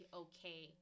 okay